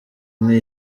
ine